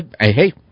hey